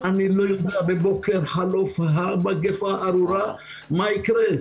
אני לא יודע בבוקר חלוף המגפה הארורה מה יקרה.